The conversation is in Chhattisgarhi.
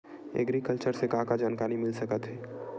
एग्रीकल्चर से का का जानकारी मिल सकत हे?